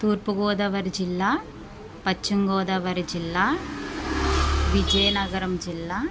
తూర్పు గోదావరి జిల్లా పశ్చిమ గోదావరి జిల్లా విజయనగరం జిల్లా